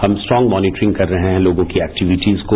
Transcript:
हम strong monitoring कर रहे है लोगों की एक्टिविटीज को